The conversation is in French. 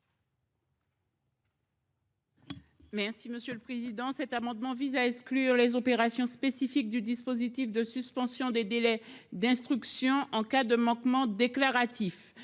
Merci Monsieur le Président.